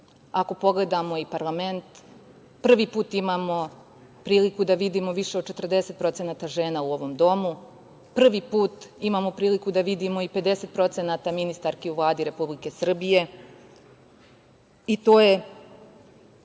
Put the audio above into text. Ako pogledamo i parlament, prvi put imamo priliku da vidimo više od 40% žena u ovom domu, prvi put imamo priliku da vidimo i 50% ministarki u Vladi Republike Srbije i to je